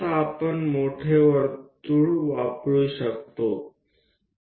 નહિતર આપણે મોટા વર્તુળનો ઉપયોગ કરી શકીએ છીએ